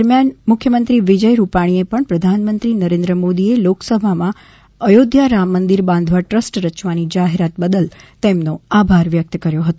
દરમિયાન મુખ્યમંત્રી વિજય રૂપાણીએ પણ પ્રધાનમંત્રી નરેન્દ્ર મોદીએ લોકસભામાં અયોધ્યામાં રામમંદિર બાંધવા ટ્રસ્ટ રચવાની જાહેરાત બદલ તેમનો આભાર વ્યકત કર્યો હતો